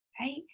right